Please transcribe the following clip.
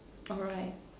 alright